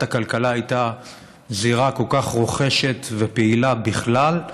הכלכלה זירה כל כך רוחשת ופעילה בכלל,